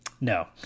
no